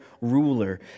ruler